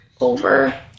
over